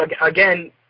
Again